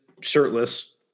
shirtless